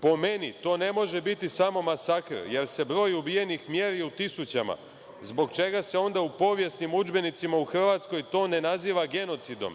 Po meni, to ne može biti samo masakr, jer se broj ubijenih mjeri u tisućama zbog čega se onda u povjesnim udžbenicima u Hrvatskoj to ne naziva genocidom